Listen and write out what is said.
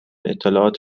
اطلاعات